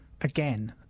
again